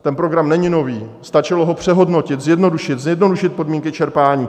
Ten program není nový, stačilo ho přehodnotit, zjednodušit podmínky čerpání.